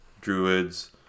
druids